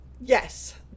Yes